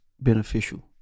beneficial